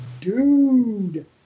dude